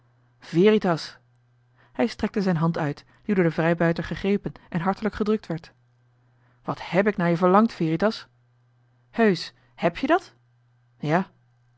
hij strekte zijn hand uit die door den vrijbuiter gegrepen en hartelijk gedrukt werd wat hèb ik naar je verlangd veritas heusch hèb je dat ja